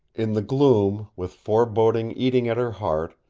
in the gloom, with foreboding eating at her heart,